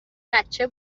بچه